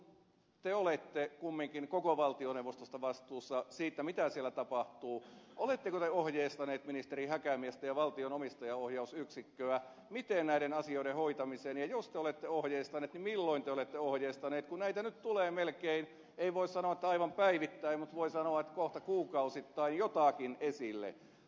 kun te olette kumminkin koko valtioneuvostosta vastuussa siitä mitä siellä tapahtuu oletteko te ohjeistanut ja miten ministeri häkämiestä ja valtion omistajaohjausyksikköä näiden asioiden hoitamisessa ja jos te olette ohjeistanut niin milloin te olette ohjeistanut kun näitä nyt tulee melkein ei voi sanoa että aivan päivittäin mutta voi sanoa että kohta kuukausittain jotakin esille